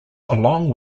along